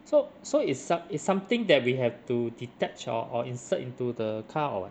so so it's some~ it's something that we have to detach or or insert into the car or what